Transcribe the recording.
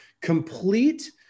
complete